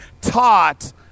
taught